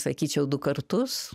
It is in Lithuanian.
sakyčiau du kartus